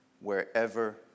wherever